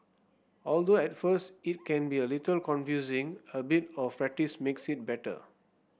although at first it can be a little confusing a bit of practice makes it better